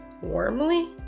warmly